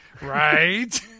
Right